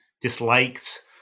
disliked